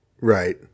Right